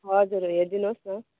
हजुर हेरिदिनुहोस् न